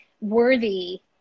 worthy